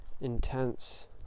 intense